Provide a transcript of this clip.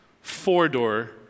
four-door